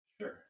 Sure